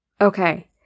Okay